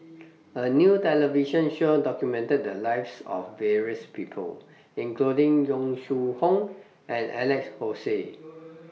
A New television Show documented The Lives of various People including Yong Shu Hoong and Alex Josey